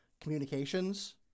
communications